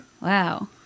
Wow